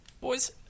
Boys